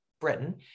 Britain